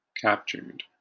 Captured